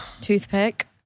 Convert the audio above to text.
toothpick